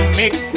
mix